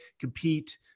Compete